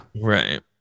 right